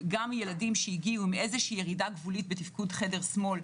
גם ילדים שהגיעו עם ירידה גבולית בתפקוד חלק שמאל,